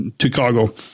Chicago